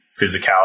physicality